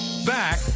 Back